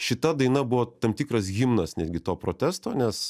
šita daina buvo tam tikras himnas netgi to protesto nes